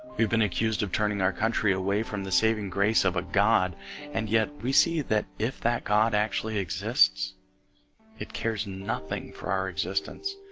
we've been accused of turning our country away from the saving grace of a god and yet we see that if that god actually exists it cares nothing for our existence.